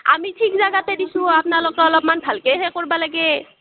আমি ঠিক জাগাতেই দিছোঁ আপ্নালোকে অলপমান ভালকেহে কৰবা লাগে